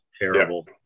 Terrible